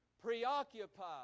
preoccupied